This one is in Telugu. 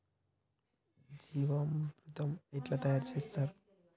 జీవామృతం ఎట్లా తయారు చేత్తరు?